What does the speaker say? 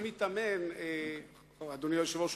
אדוני היושב-ראש,